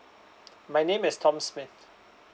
my name is tom smith